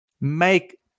make